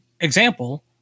example